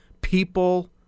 people